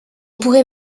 pourrait